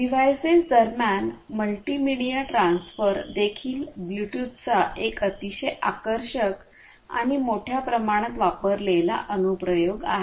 devices दरम्यान multimedia transfer देखील ब्ल्यूटूथचा एक अतिशय आकर्षक आणि मोठ्या प्रमाणात वापरलेला अनु प्रयोग आहे